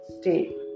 state